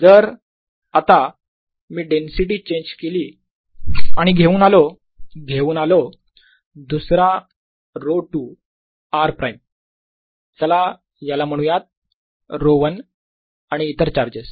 जर आता मी डेन्सिटी चेंज केली आणि घेऊन आलो दुसरा ρ2 r प्राईम चला याला म्हणूयात ρ1आणि इतर चार्जेस